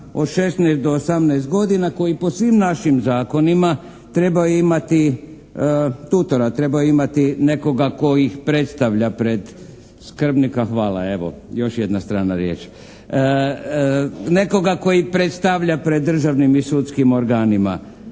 od 16 do 18 godina koji po svim našim zakonima trebaju imati tutora. Trebaju imati nekoga tko ih predstavlja pred, skrbnika.